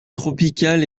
tropicales